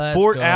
Fort